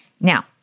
Now